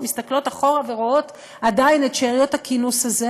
מסתכלות אחורה ורואות עדיין את שאריות הכינוס הזה,